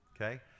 Okay